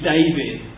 David